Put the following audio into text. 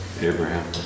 Abraham